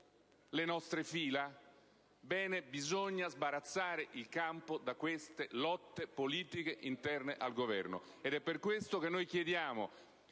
le nostre fila, bene: bisogna sbarazzare il campo da queste lotte politiche interne al Governo. Per questo motivo, chiediamo